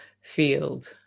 field